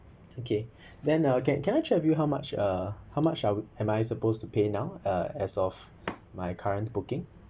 okay then I'll get can I check with you how much uh how much I am I supposed to pay now uh as of my current booking